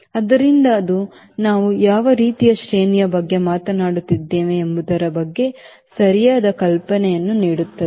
ಆದ್ದರಿಂದ ಅದು ನಾವು ಯಾವ ರೀತಿಯ ಶ್ರೇಣಿಯ ಬಗ್ಗೆ ಮಾತನಾಡುತ್ತಿದ್ದೇವೆ ಎಂಬುದರ ಬಗ್ಗೆ ಸರಿಯಾದ ಕಲ್ಪನೆಯನ್ನು ನೀಡುತ್ತದೆ